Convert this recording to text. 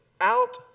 out